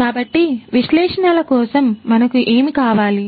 కాబట్టి విశ్లేషణల కోసం మనకు ఏమి కావాలి